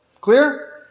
Clear